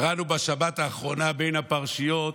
קראנו בשבת האחרונה בין הפרשיות,